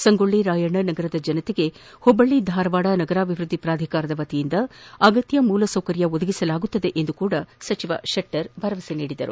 ಸಂಗೊಳ್ಳಿ ರಾಯಣ್ಣ ನಗರದ ಜನತೆಗೆ ಹುಬ್ಬಳ್ಳ ಧಾರವಾಡ ನಗರಾಭಿವೃದ್ದಿ ಪ್ರಾಧಿಕಾರದ ವತಿಯಿಂದ ಅಗತ್ಯ ಮೂಲಸವಕರ್ಯ ಒದಗಿಸಲಾಗುವುದೆಂದು ಸಚಿವರು ಭರವಸೆ ನೀಡಿದರು